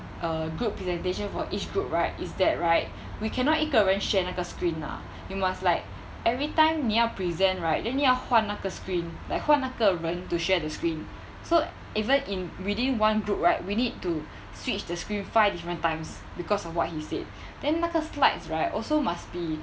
a good presentation for each group right is that right we cannot 一个人 share 那个 screen ah you must like every time 你要 present right then 你要换那个 screen like 换那个人 to share the screen so even in within one group right we need to switch the screen five different times because of what he said then 那个 slides right also must be